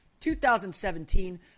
2017